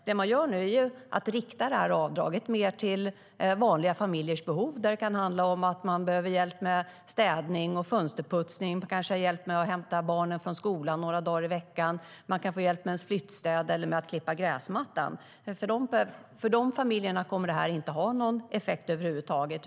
Det man nu gör är att rikta avdraget mer till vanliga familjers behov. Det kan handla om att man behöver hjälp med städning, fönsterputsning eller kanske med att hämta barnen från skolan ett par dagar i veckan. Man kan få hjälp med flyttstädning eller med att klippa gräsmattan. För de familjerna kommer detta inte att ha någon effekt över huvud taget.